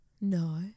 No